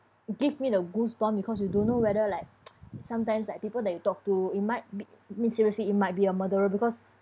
give me the goosebumps because you don't know whether like sometimes like people that you talk to it might make be seriously it might be a murderer because